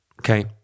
okay